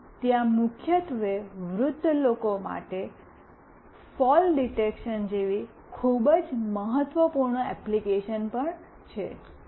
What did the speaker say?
અને ત્યાં મુખ્યત્વે વૃદ્ધ લોકો માટે ફોલ ડિટેકશન જેવી ખૂબ જ મહત્વપૂર્ણ એપ્લિકેશન પણ છે